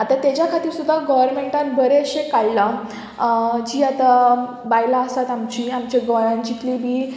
आतां ताज्या खातीर सुद्दां गोवोरमेंटान बरें अशें काडलां जीं आतां बायलां आसात आमचीं आमच्या गोंयान जितली बी